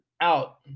out